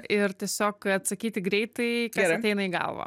ir tiesiog atsakyti greitai kas ateina į galvą